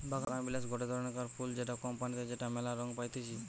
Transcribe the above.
বাগানবিলাস গটে ধরণকার ফুল যেটা কম পানিতে যেটা মেলা রঙে পাইতিছি